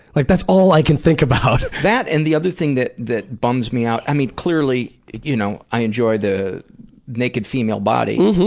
like, that's all i can think about. p that, and the other thing that that bums me out, i mean clearly, you know, i enjoy the naked female body,